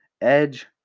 Edge